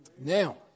Now